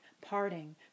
parting